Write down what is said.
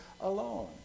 alone